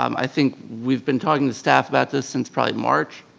um i think we've been talking to staff about this since probably march